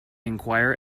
enquire